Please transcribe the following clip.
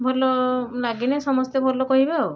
ଭଲ ନାଗିନେ ସମସ୍ତେ ଭଲ କହିବେ ଆଉ